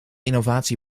innovatie